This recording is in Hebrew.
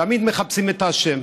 תמיד מחפשים את האשם.